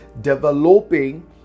developing